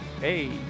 Hey